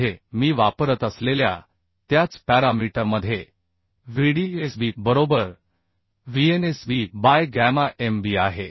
कोडमध्ये मी वापरत असलेल्या त्याच पॅरामीटरमध्ये Vdsb बरोबर Vnsb बाय गॅमा mb आहे